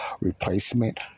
replacement